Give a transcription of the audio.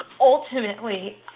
ultimately